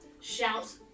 Shout